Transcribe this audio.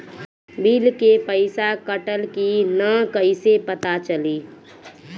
Bill के पइसा कटल कि न कइसे पता चलि?